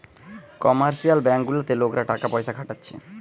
commercial bank গুলাতে লোকরা টাকা পয়সা খাটাচ্ছে